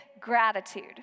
gratitude